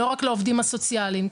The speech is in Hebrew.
לא רק לעובדים הסוציאליים.